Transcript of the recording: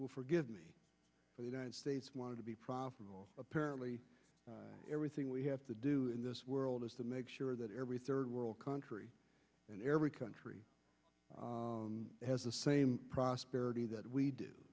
will forgive me for the united states want to be profitable apparently everything we have to do in this world is to make sure that every third world country and every country has the same prosperity that we do